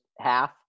half